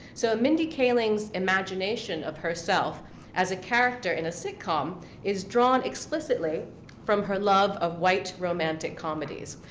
so mindy kaling's imagination of herself as a character in a sitcom is drawn explicitly from her love of white romantic comedies.